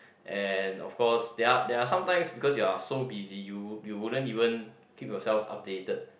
and of course there are there are some times because you are so busy you woul~ you wouldn't even keep yourself updated